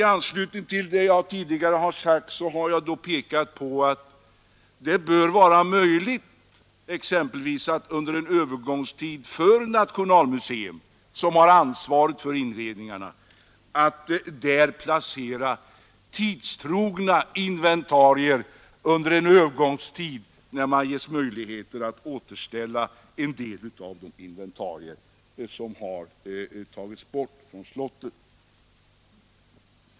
Jag har tidigare sagt att man bör kunna hos Nationalmuseum, som har ansvaret för inredningarna, placera tidstrogna inventarier under en övergångstid, tills man får möjligheter att återställa en del av de inventarier som har tagits bort från slottet.